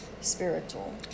spiritual